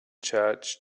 church